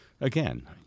again